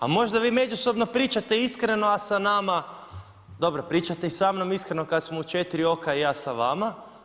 A možda vi međusobno pričate iskreno, a sa nama, dobro pričate i sa mnom iskreno kad smo u četiri oka i ja sa vama.